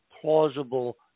plausible